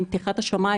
עם פתיחת השמיים,